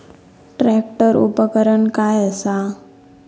Tractor उपकरण काय असा?